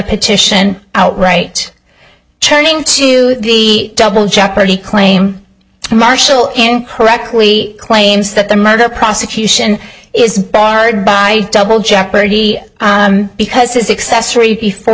petition outright turning to the double jeopardy claim marshall incorrectly claims that the murder prosecution is barred by double jeopardy because his success rate before